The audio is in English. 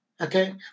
okay